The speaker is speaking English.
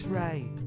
right